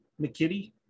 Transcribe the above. McKitty